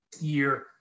year